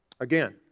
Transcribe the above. Again